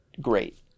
great